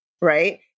right